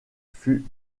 fut